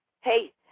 Hey